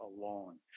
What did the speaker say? alone